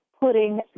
putting